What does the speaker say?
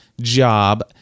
job